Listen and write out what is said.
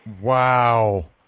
Wow